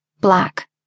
Black